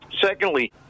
secondly